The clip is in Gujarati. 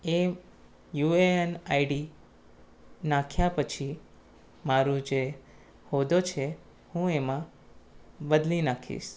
A U A N ID નાખ્યા પછી મારો જે હોદ્દો છે હું એમાં બદલી નાખીશ